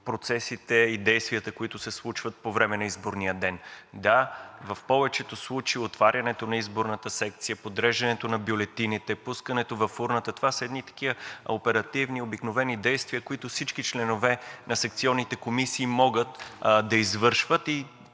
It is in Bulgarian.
процесите и действията, които се случват по време на изборния ден. Да, в повечето случаи отварянето на изборната секция, подреждането на бюлетините, пускането в урната, това са едни такива оперативни, обикновени действия, които всички членове на секционните комисии могат да извършват,